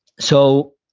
so,